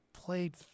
played